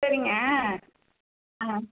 சரிங்க ஆ